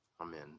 Amen